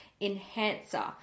Enhancer